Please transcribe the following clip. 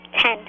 Ten